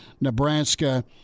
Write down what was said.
Nebraska